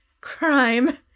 crime